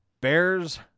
Bears